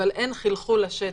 אבל אין חלחול לשטח.